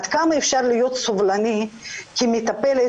עד כמה אפשר להיות סובלני כי מטפלת